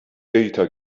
data